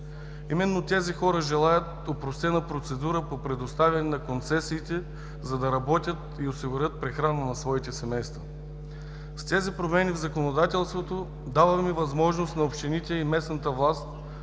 Именно тези хора желаят опростена процедура по предоставяне на концесиите, за да работят и осигурят прехрана на своите семейства. С тези промени в законодателството ще дадем възможност на общините и местната власт